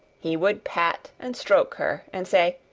he would pat and stroke her and say,